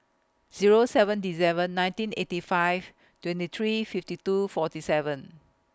Zero seven December nineteen eighty five twenty three fifty two forty seven